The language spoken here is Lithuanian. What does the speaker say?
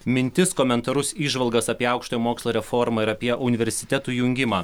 mintis komentarus įžvalgas apie aukštojo mokslo reformą ir apie universitetų jungimą